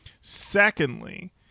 Secondly